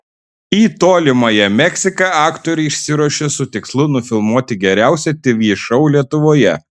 į tolimąją meksiką aktoriai išsiruošė su tikslu nufilmuoti geriausią tv šou lietuvoje